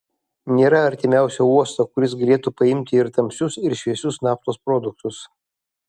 nėra artimiausio uosto kuris galėtų paimti ir tamsius ir šviesius naftos produktus